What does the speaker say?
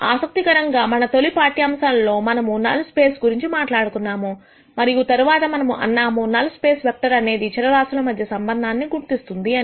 ఆసక్తికరంగా మన తొలి పాఠ్యాంశాలలో మనము నల్ స్పేస్ గురించి మాట్లాడుకున్నాము మరియు తరువాత మనము అన్నాము నల్ స్పేస్ వెక్టర్ అనేది చర రాశుల మధ్య సంబంధాన్ని గుర్తిస్తుంది అని